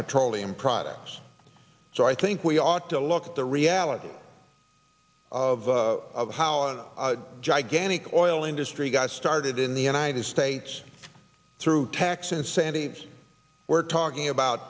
petroleum products so i think we ought to look at the reality of how a gigantic oil industry got started in the united states through tax incentives we're talking about